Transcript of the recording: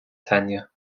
tenure